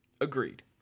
Agreed